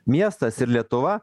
miestas ir lietuva